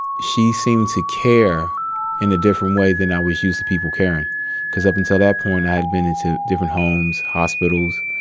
she seemed to care in a different way than i was used to people caring because, up until that point, i had been into different homes, hospitals,